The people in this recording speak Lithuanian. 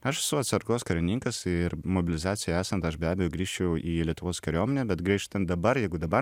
aš esu atsargos karininkas ir mobilizacijai esant aš be abejo grįžčiau į lietuvos kariuomenę bet grįžtant dabar jeigu dabar